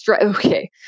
okay